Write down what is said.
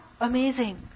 amazing